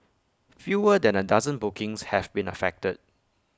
fewer than A dozen bookings have been affected